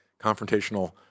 confrontational